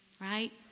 right